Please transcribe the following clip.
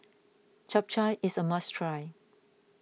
Japchae is a must try